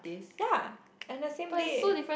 ya at the same day